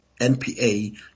NPA